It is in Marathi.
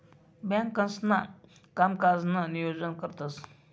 बँकांसणा कामकाजनं नियोजन करतंस